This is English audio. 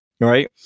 right